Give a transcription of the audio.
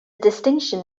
distinction